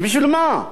אז בשביל מה?